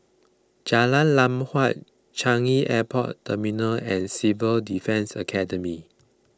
Jalan Lam Huat Changi Airport Terminal and Civil Defence Academy